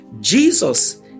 Jesus